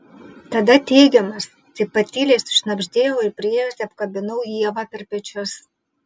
tada teigiamas taip pat tyliai sušnabždėjau ir priėjusi apkabinau ievą per pečius